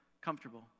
comfortable